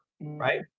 Right